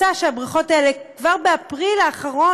כבר באפריל האחרון,